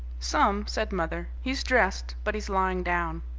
some, said mother. he's dressed, but he's lying down.